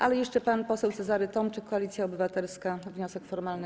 Ale jeszcze pan poseł Cezary Tomczyk, Koalicja Obywatelska, wniosek formalny.